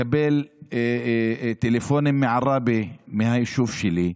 מקבל טלפונים מעראבה, היישוב שלי.